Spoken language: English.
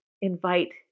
invite